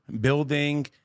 building